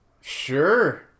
Sure